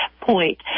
point